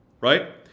right